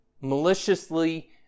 maliciously